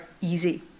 easy